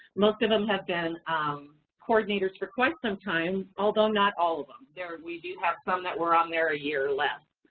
most of them have been and um coordinators for quite some time, although not all of them. we do have some that were on there a year or less.